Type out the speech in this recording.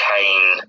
Kane